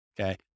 Okay